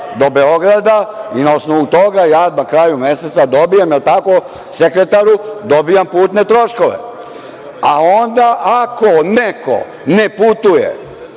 do Beograda i na osnovu toga ja na kraju meseca dobijam, je li tako, sekretaru, putne troškove. Onda, ako neko ne putuje,